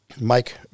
Mike